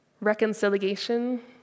reconciliation